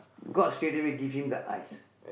god straight away give him the eyes